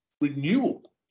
renewal